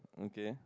okay